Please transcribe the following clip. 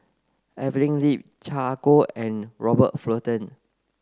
Evelyn Lip Chan Ah Kow and Robert Fullerton